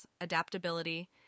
adaptability